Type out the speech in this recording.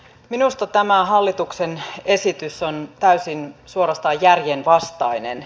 minusta tämä hallituksen esitys on täysin suorastaan järjenvastainen